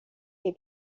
que